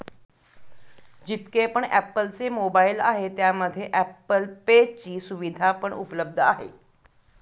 जितके पण ॲप्पल चे मोबाईल आहे त्यामध्ये ॲप्पल पे ची सुविधा पण उपलब्ध आहे